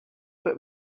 but